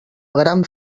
gran